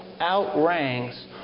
outranks